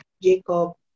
Jacob